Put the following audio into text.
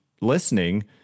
listening